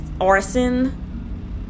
arson